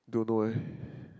don't know eh